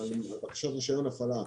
בקשת רישיון הפעלה.